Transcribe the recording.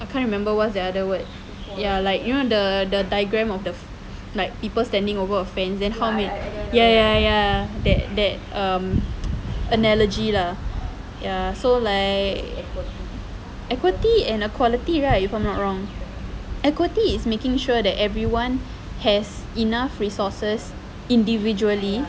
I can't remember what's the other word ya like you know the the diagram of the like people standing over a fence then ya ya ya that that um analogy lah ya so like equity and equality right if I'm not wrong equity is making sure that everyone has enough resources individually